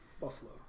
Buffalo